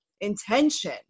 intention